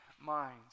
minds